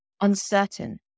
uncertain